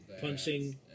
Punching